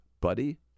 buddy